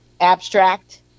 abstract